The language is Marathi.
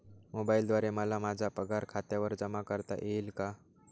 मोबाईलद्वारे मला माझा पगार खात्यावर जमा करता येईल का?